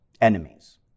enemies